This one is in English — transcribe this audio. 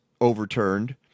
overturned